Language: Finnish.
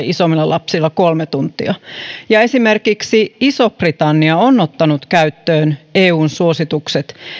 isommilla lapsilla kolme tuntia esimerkiksi iso britannia on ottanut käyttöön eun suositukset